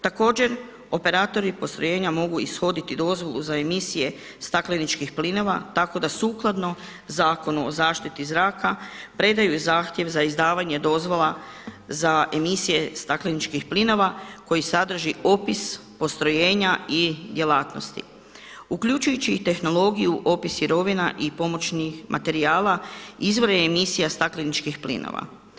Također operatori postrojenja mogu ishoditi dozvolu za emisije stakleničkih plinova tako da sukladno Zakonu o zaštiti zraka predaju zahtjev za izdavanje dozvola za emisije stakleničkih plinova koji sadrži opis postrojenja i djelatnosti, uključujući i tehnologiju opis sirovina i pomoćnih materijala izvore emisija stakleničkih plinova.